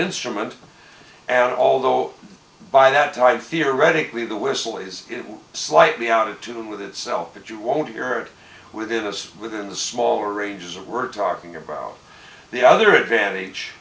instrument and although by that time theoretically the whistle is slightly out of tune with itself and you won't hear it within those within the smaller ranges we're talking about the other advantage